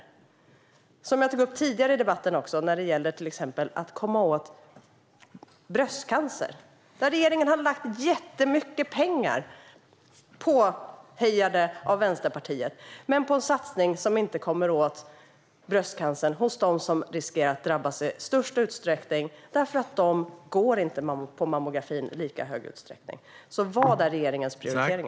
Jag tog till exempel tidigare i debatten upp detta med att komma åt bröstcancer, där regeringen har lagt jättemycket pengar - påhejade av Vänsterpartiet - på en satsning som inte kommer åt bröstcancern hos dem som i störst utsträckning riskerar att drabbas, därför att de personerna inte går på mammografin i lika stor utsträckning. Vad är alltså regeringens prioritering?